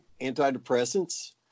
antidepressants